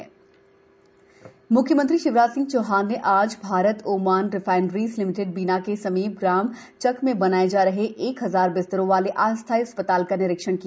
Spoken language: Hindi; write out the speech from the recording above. कोविड केयर सेंटर म्ख्यमंत्री शिवराज सिंह चौहान ने आज Bharat Oman refineries limited Bina के समीप ग्राम चक्क में बनाए जा रहे एक हजार बिस्तरों वाले अस्थाई अस्पताल का निरीक्षण किया